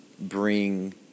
Bring